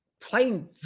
playing